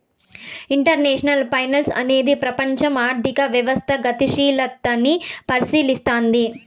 international finance అనేది ప్రపంచం ఆర్థిక వ్యవస్థ గతిశీలతని పరిశీలస్తది